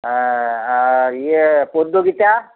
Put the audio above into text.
হ্যাঁ আর ইয়ে পদ্য গীতা